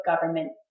government